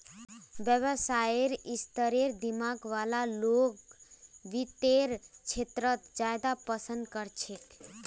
व्यवसायेर स्तरेर दिमाग वाला लोग वित्तेर क्षेत्रत ज्यादा पसन्द कर छेक